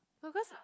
no cause